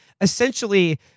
essentially